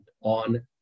on